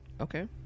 Okay